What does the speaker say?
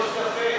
לא ועדה.